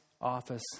office